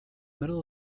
middle